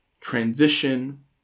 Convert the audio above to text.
transition